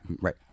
right